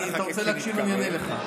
אתה רוצה להקשיב, אני אענה לך.